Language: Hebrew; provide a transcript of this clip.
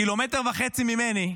1.5 קילומטר ממני,